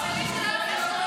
מי שעשה שירות צבאי.